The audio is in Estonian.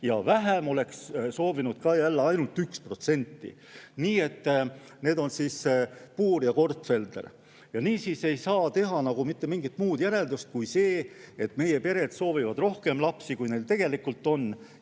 ja vähem oleks soovinud ka jälle ainult 1%. Need olid Puuri ja Gortfelderi [andmed].Niisiis ei saa teha mitte mingit muud järeldust kui see, et meie pered soovivad rohkem lapsi, kui neil tegelikult on.